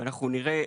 ונראה.